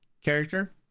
character